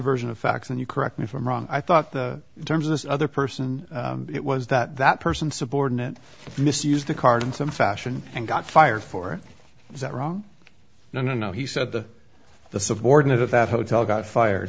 version of facts and you correct me if i'm wrong i thought the terms of this other person it was that that person subordinate misused the card in some fashion and got fired for that wrong no no he said to the subordinate at that hotel got fired